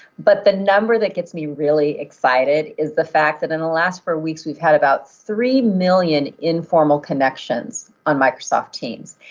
but the number that gets me really excited is the fact that in the last four weeks, we've had about three million informal connections on microsoft teams.